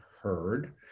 heard